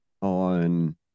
on